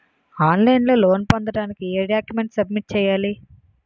On line లో loan పొందటానికి ఎం డాక్యుమెంట్స్ సబ్మిట్ చేయాలి?